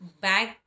bag